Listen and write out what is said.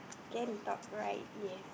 can top right yes